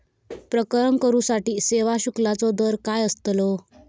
प्रकरण करूसाठी सेवा शुल्काचो दर काय अस्तलो?